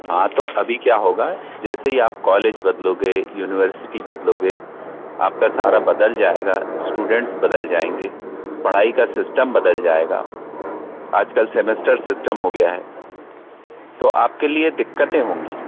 हाँ तो अभी क्या होगा जैसे ही आप कॉलेज बदलोगे यूनिवर्सिटी बदलोगे आपका सारा बदल जाएगा स्टूडेंट्स बदल जायेंगे पढ़ाई का सिस्टम बदल जाएगा आजकल सेमेस्टर सिस्टम हो गया है तो आपके लिए दिक्कतें होंगी